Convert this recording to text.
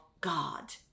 God